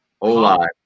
Ola